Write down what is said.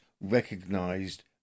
recognized